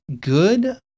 good